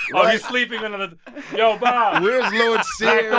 oh, he's sleeping under the yo, bob. where's lord sear,